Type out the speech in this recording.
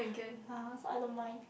yeah so I don't mind